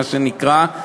מה שנקרא.